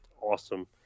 awesome